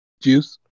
Juice